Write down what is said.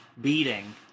beating